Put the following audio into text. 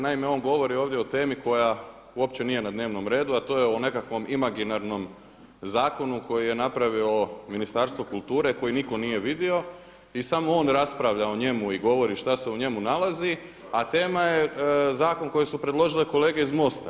Naime, on govori ovdje o temi koja uopće nije na dnevnom redu a to je o nekakvom imaginarnom zakonu koji je napravilo Ministarstvo kulture koji nitko nije vidio i samo on raspravlja o njemu i govori šta se u njemu nalazi a tema je zakon koji su predložile kolege iz MOST-a.